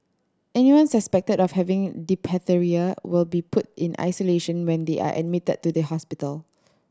anyone suspected of having diphtheria will be put in isolation when they are admitted to the hospital